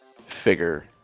figure